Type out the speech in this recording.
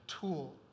tool